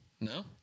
No